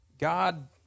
God